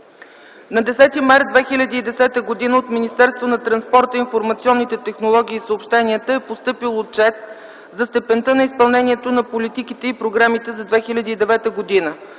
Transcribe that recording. На 10 март 2010 г. от Министерство на транспорта, информационните технологии и съобщенията е постъпил Отчет за степента на изпълнението на политиките и програмите за 2009 г.